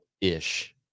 ish